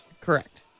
Correct